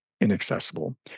inaccessible